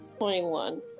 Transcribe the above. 21